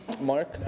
Mark